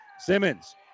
Simmons